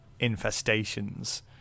infestations